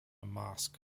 mosque